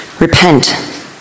Repent